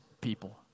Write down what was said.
people